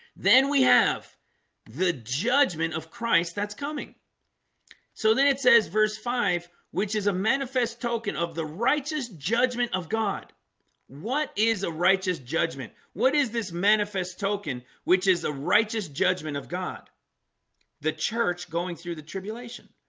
then we have the judgment of christ that's coming so then it says verse five which is a manifest token of the righteous judgment of god what is a righteous judgment? what is this manifest token, which is a righteous judgment of god the church going through the tribulation